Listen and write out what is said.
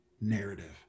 narrative